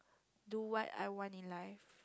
do what I want in life